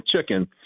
chicken